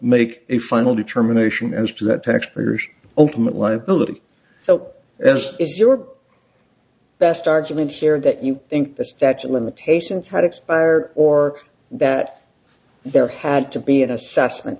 make a final determination as to the taxpayers ultimate liability so as is your best argument here that you think the statue of limitations had expired or that there had to be an assessment